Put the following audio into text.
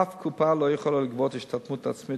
אף קופה לא יכולה לגבות השתתפות עצמית